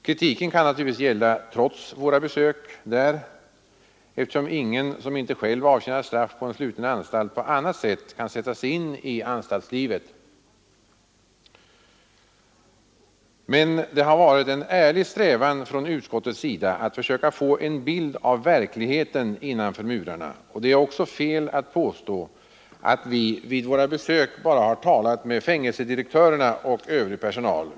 Kritiken kan naturligtvis gälla trots våra besök, eftersom ingen som inte själv avtjänat straff på en sluten anstalt på annat sätt kan sätta sig in i anstaltslivet. Men det har varit en ärlig strävan från utskottets sida att försöka få en bild av verkligheten innanför murarna. Det är också fel att påstå, att vi vid våra besök bara har talat med fängelsedirektörerna och övrig personal.